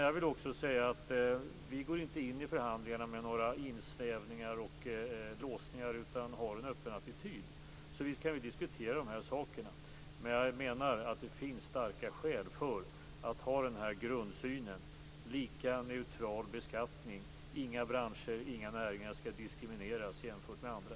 Jag vill också säga att vi inte går in i förhandlingarna med några insnävningar och låsningar, utan vi har en öppen attityd. Så visst kan vi diskutera de här sakerna. Men jag menar att det finns starka skäl för att ha den här grundsynen - lika, neutral beskattning. Inga branscher, inga näringar, skall diskrimineras jämfört med andra.